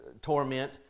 torment